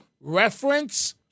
reference